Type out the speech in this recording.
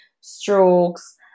strokes